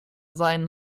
seinen